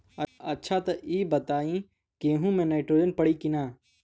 अच्छा त ई बताईं गेहूँ मे नाइट्रोजन पड़ी कि ना?